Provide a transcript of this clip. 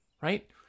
right